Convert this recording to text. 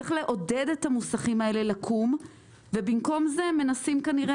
צריך לעודד את המוסכים האלה לקום ובמקום זה מנסים כנראה